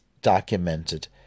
documented